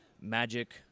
magic